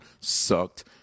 Sucked